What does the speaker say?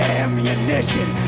ammunition